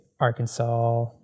Arkansas